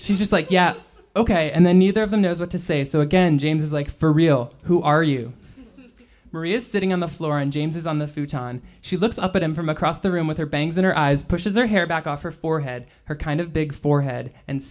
she's just like yeah ok and then neither of them knows what to say so again james is like for real who are you marie is sitting on the floor and james is on the futon she looks up at him from across the room with her bangs in her eyes pushes their hair back off her forehead her kind of big forehead and